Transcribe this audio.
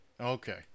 Okay